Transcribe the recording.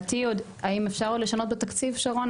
האם אפשר עוד לשנות בתקציב, שרון?